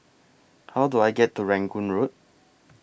How Do I get to Rangoon Road